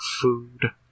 food